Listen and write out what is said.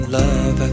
love